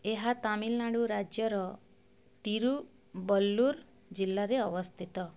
ଏହା ତାମିଲନାଡ଼ୁ ରାଜ୍ୟର ତିରୁବଲ୍ଲୁର୍ ଜିଲ୍ଲାରେ ଅବସ୍ଥିତ